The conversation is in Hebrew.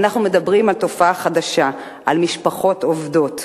אנו מדברים על תופעה חדשה, על משפחות עובדות,